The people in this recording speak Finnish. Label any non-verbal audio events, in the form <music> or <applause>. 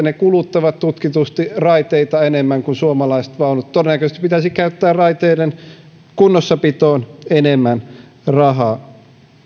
<unintelligible> ne kuluttavat tutkitusti raiteita enemmän kuin suomalaiset vaunut todennäköisesti pitäisi käyttää raiteiden kunnossapitoon enemmän rahaa